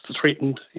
threatened